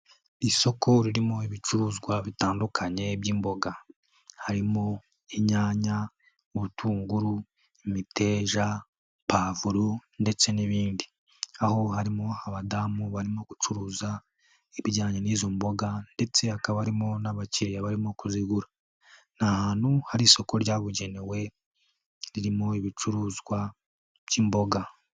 Isoko ririmo ibicuruzwa bitandukanye by'imboga. Harimo: inyanya, ubutunguru, imiteja pavuro ndetse n'ibindi. Aho harimo abadamu barimo gucuruza ibijyanye n'izo mboga ndetse hakaba harimo n'abakiriya barimo kuzigura. Ni ahantu hari isoko ryabugenewe ririmo ibicuruzwa by'imboga.